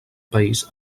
país